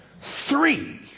Three